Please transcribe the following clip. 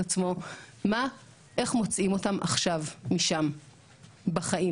עצמו איך מוציאים אותם עכשיו משם בחיים.